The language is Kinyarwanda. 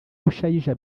bushayija